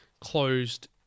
closed